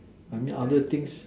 I mean other things